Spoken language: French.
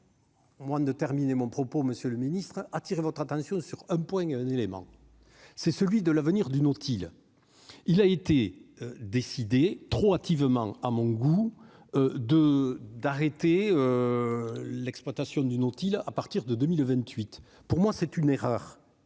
Moins de terminer mon propos, Monsieur le Ministre, attirer votre attention sur un point, un élément : c'est celui de l'avenir du Nautile, il a été décidé trop hâtivement à mon goût de d'arrêter l'exploitation du Nautile à partir de 2028 pour moi, c'est une erreur